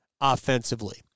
offensively